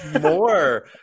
more